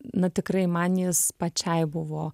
na tikrai man jis pačiai buvo